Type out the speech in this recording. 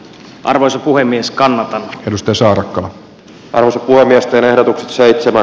arvoisa puhemies kannata edustus ja avasi puhemiesten seitsemän